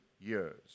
years